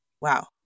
Wow